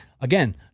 again